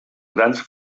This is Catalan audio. grans